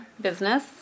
business